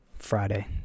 Friday